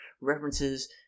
references